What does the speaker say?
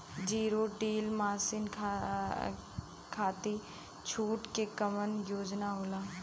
Zero deal मासिन खाती छूट के कवन योजना होला?